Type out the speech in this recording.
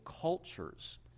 cultures